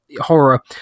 horror